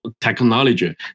technology